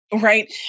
right